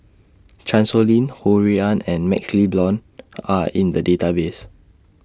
Chan Sow Lin Ho Rui An and MaxLe Blond Are in The Database